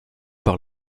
par